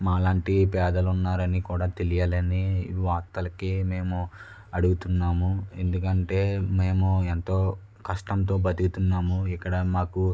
మాలాంటి పేదలు ఉన్నారని కూడా తెలియాలని వార్తలకి మేము అడుగుతున్నాము ఎందుకంటే మేము ఎంతో కష్టంతో బతుకుతున్నాము ఇక్కడ మాకు